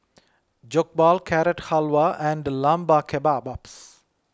Jokbal Carrot Halwa and Lamb Kebabs